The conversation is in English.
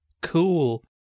cool